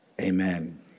Amen